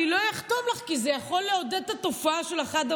אני לא אחתום לך כי זה יכול לעודד את התופעה של החד-הוריות.